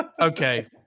Okay